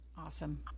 Awesome